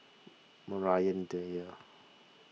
Maria Dyer